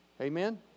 Amen